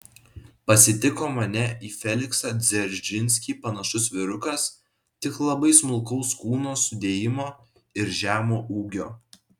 pasitiko mane į feliksą dzeržinskį panašus vyrukas tik labai smulkaus kūno sudėjimo ir žemo ūgio